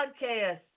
podcast